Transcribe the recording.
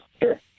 Sure